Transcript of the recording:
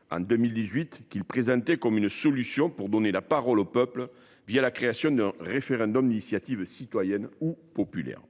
», qui les présentaient comme une solution pour donner la parole au peuple la création d’un référendum d’initiative citoyenne ou populaire.